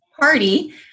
party